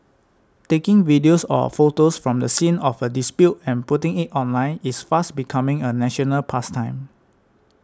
taking videos or photos from the scene of a dispute and putting it online is fast becoming a national pastime